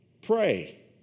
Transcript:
pray